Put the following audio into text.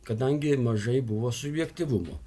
kadangi mažai buvo subjektyvumo